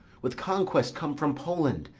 with conquest come from poland,